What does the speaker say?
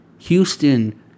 Houston